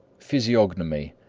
physiognomy,